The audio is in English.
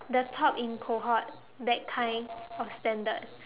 the top in cohort that kind of standard